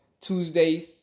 Tuesdays